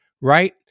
right